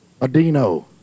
Adino